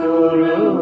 Guru